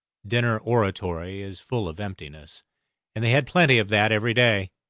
dinner oratory is full of emptiness and they had plenty of that every day.